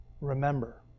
Remember